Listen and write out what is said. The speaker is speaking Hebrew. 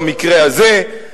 במקרה הזה,